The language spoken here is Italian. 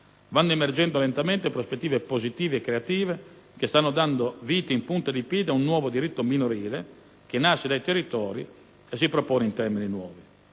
Vanno emergendo lentamente prospettive positive e creative che stanno dando vita in punta di piedi ad un nuovo diritto minorile, che nasce dai territori e si propone in termini nuovi.